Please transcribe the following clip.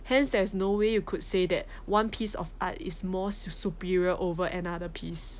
hence there's no way you could say that one piece of art is more su~ superior over another piece